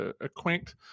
Acquaint